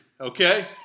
okay